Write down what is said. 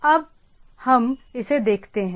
हम अब इसे देखते हैं